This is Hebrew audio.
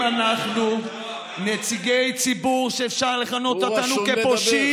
אם אנחנו נציגי ציבור שאפשר לכנות אותנו פושעים,